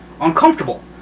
Uncomfortable